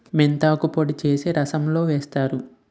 మెంతాకు పొడి చేసి రసంలో వేస్తారు